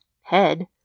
head